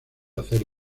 hacer